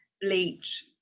bleach